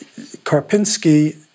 Karpinski